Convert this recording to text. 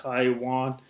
Taiwan